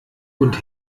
und